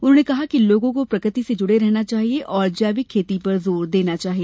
उन्होंने कहा कि लोगों को प्रकृति से जुड़े रहना चाहिए और जैविक खेती पर जोर दिया जाना चाहिए